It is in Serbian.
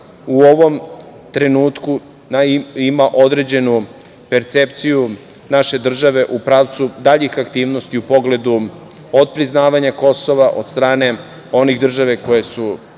u ovom trenutku ima određenu percepciju naše države u pravcu daljih aktivnosti u pogledu otpriznavanja Kosova od strane onih država koje su